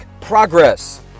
progress